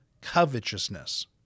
covetousness